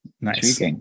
Nice